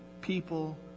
people